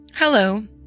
Hello